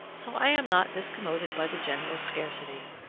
so i am not discommoded by the general scarcity.